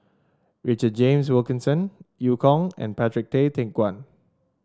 Richard James Wilkinson Eu Kong and Patrick Tay Teck Guan